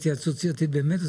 אתה ביקשת התייעצות סיעתית באמת?